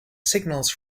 signals